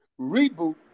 Reboot